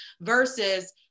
versus